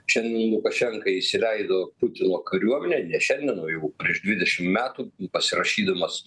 šiandien lukašenka įsileido putino kariuomenę ne šiandien o jau prieš dvidešimt metų pasirašydamas